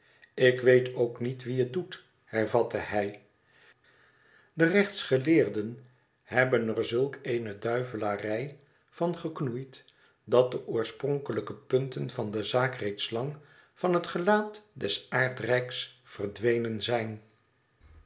ik weet ook niet wie het doet hervatte hij de rechtsgeleerden hebben er zulk eene duivelarij van geknoeid dat de oorspronkelijke punten van de zaak reeds lang van het gelaat des aardrijks verdwenen zijn